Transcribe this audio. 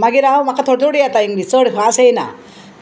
मागीर हांव म्हाका थोडी तोडी येता इंग्लीश चड फास येयना